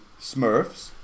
Smurfs